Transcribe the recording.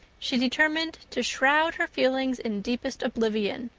she determined to shroud her feelings in deepest oblivion,